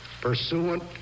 pursuant